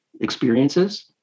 experiences